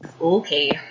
Okay